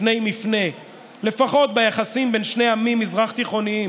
לפני מפנה לפחות ביחסים בין שני עמים מזרח-תיכוניים,